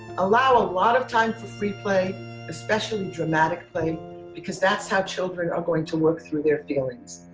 allow a lot of time for free play especially dramatic play because that's how children are going to work through their feelings.